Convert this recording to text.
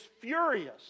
furious